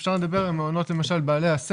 אפשר לדבר למשל על מעונות הסמל,